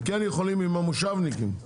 כן יכולים עם המושבניקים.